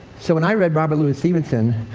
so when i read robert louis stevenson,